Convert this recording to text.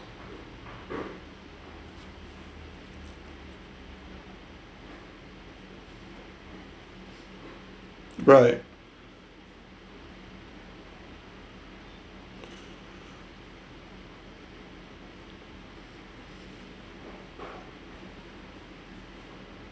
right